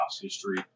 history